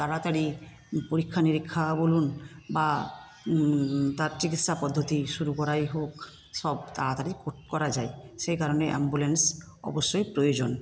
তাড়াতাড়ি পরীক্ষা নিরীক্ষা বলুন বা তার চিকিৎসা পদ্ধতি শুরু করাই হোক সব তাড়াতাড়ি করা যায় সেই কারণে অ্যাম্বুলেন্স অবশ্যই প্রয়োজন